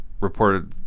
reported